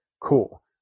cool